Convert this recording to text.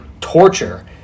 torture